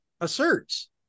asserts